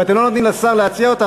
ואתם לא נותנים לשר להציע אותה.